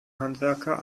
handwerker